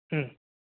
ம்